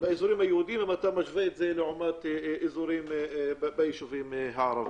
באזורים היהודים אם אתה משווה לאזורים בישובים הערבים.